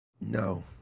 No